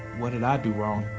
what did i do wrong?